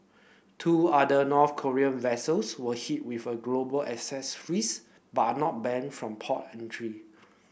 two other North Korean vessels were hit with a global assets freeze but are not banned from port entry